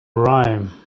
rhyme